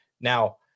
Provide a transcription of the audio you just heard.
Now